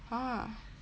!huh!